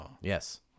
Yes